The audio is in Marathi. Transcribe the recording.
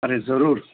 अरे जरूर